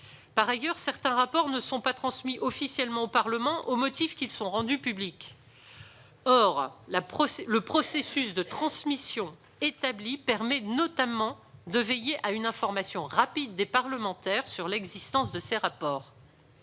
Par ailleurs, certains rapports ne sont pas transmis officiellement au Parlement, au motif qu'ils sont rendus publics. Or le processus de transmission établi permet notamment de garantir une information rapide des parlementaires sur l'existence de ces rapports.